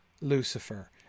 Lucifer